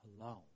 alone